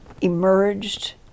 emerged